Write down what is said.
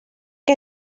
que